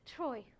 Troy